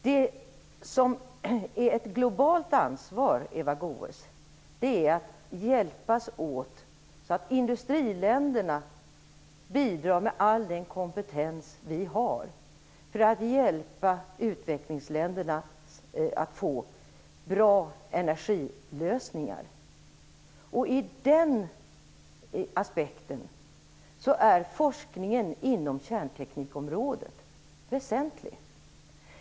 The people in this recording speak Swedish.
Att ta globalt ansvar, Eva Goës, innebär att länder hjälps åt på ett sådant sätt att vi i industriländerna bidrar med all den kompetens som vi har för att hjälpa utvecklingsländerna till bra energilösningar. Från den aspekten är forskningen inom kärnteknikområdet väsentlig.